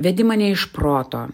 vedi mane iš proto